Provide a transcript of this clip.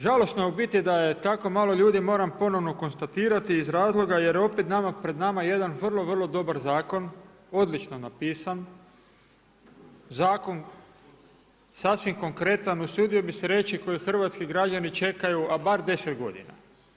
Žalosno je u biti da je tako malo ljudi, moram ponovno konstatirati iz razloga jer opet je pred nama jedan vrlo, vrlo dobar zakon odlično napisan, zakon sasvim konkretan, usudio bih se reći koji hrvatski građani čekaju a bar 10 godina.